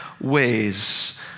ways